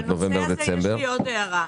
בנושא הזה יש לי עוד הערה.